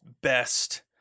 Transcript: best